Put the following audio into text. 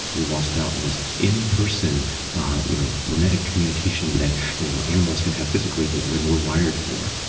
you've lost out in this in person you know mimetic communication that you know animals can have physically been when we're wired for,